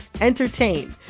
entertain